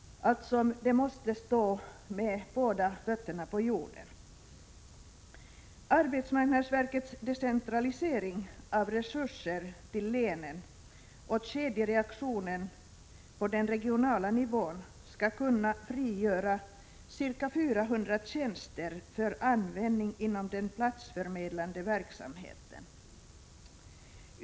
De måste med andra ord stå med båda fötterna på jorden. Arbetsmarknadsverkets decentralisering av resurser till länen och kedjereaktionen på den regionala nivån skall kunna frigöra ca 400 tjänster för användning inom den platsförmedlande verksamheten.